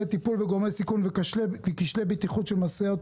טיפול בגורמי סיכון וכשלי בטיחות של משאיות,